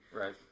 Right